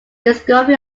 discovery